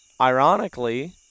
Ironically